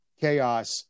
chaos